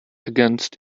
against